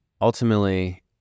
ultimately